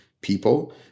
people